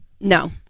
No